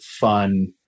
fun